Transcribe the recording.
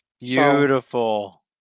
Beautiful